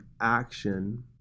action